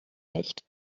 nicht